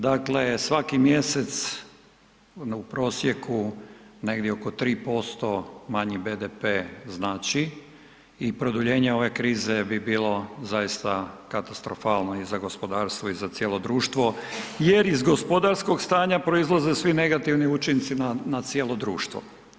Dakle, svaki mjesec u prosjeku negdje oko 3% manji BDP znači i produljenje ove krize bi bilo zaista katastrofalno i za gospodarstvo i za cijelo društvo jer iz gospodarskog stanja proizlaze svi negativni učinci na cijelo društvo.